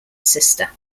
sister